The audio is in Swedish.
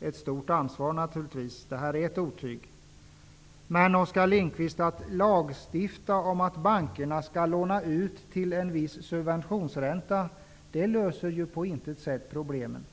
ett stort ansvar. Men att lagstifta om att bankerna skall låna ut till en viss subventionsränta löser på intet sätt problemen.